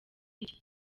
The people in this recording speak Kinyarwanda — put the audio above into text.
iki